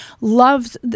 loves